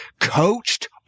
coached